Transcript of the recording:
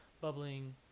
bubbling